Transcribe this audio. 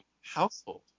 household